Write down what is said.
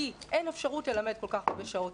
כי אין אפשרות ללמד כל כך הרבה שעות.,